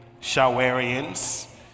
Shawarians